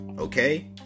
Okay